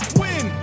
win